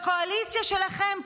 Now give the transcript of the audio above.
בקואליציה שלכם,